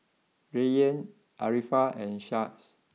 Rayyan Arifa and Shah